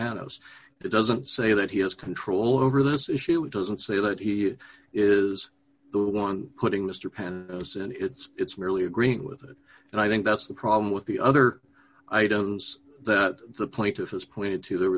it doesn't say that he has control over this issue he doesn't say that he is the one putting mr penn as and it's merely agreeing with it and i think that's the problem with the other items that the plaintiff has pointed to there